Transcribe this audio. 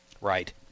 Right